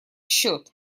счет